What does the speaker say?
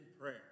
prayer